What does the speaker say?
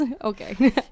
Okay